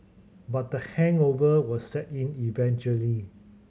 but the hangover will set in eventually